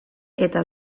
eta